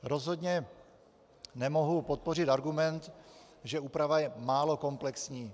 Rozhodně nemohu podpořit argument, že úprava je málo komplexní.